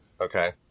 Okay